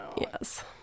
yes